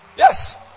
Yes